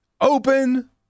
open